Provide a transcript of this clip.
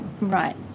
Right